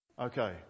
Okay